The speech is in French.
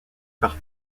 par